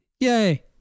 Yay